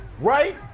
right